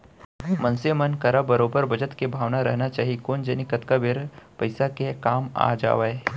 मनसे मन करा बरोबर बचत के भावना रहिना चाही कोन जनी कतका बेर पइसा के काम आ जावय